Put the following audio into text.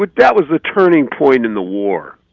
but that was the turning point in the war.